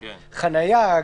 חניה,